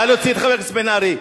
נא להוציא את חבר הכנסת בן-ארי.